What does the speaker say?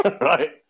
Right